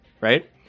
right